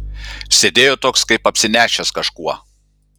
sėdėjo toks kaip apsinešęs kažkuo